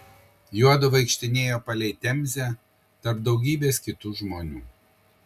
juodu vaikštinėjo palei temzę tarp daugybės kitų žmonių